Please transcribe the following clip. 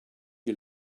you